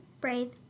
brave